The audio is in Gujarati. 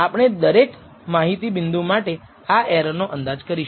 આપણે દરેક માહિતી બિંદુ માટે આ એરર નો અંદાજ કરીશું